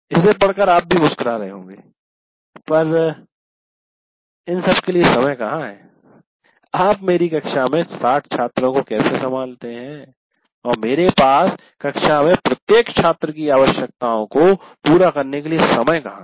इसे पढ़कर आप भी मुस्कुरा रहे होंगे पर इन सबके लिए समय कहां है आप मेरी कक्षा में 60 छात्रों को कैसे संभालते हैं और मेरे पास कक्षा में प्रत्येक छात्र की आवश्यकताओं को पूरा करने के लिए समय कहाँ है